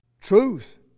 truth